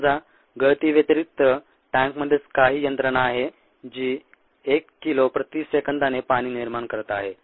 समजा गळती व्यतिरिक्त टँकमध्येच काही यंत्रणा आहे जी 1 किलो प्रति सेकंदाने पाणी निर्माण करत आहे